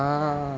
ya